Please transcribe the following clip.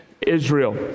Israel